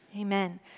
Amen